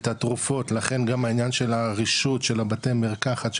את התרופות ולכן גם העניין של הרשות של בתי המרקחת,